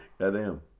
goddamn